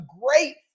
great